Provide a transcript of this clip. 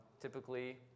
typically